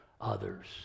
others